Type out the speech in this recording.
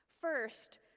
First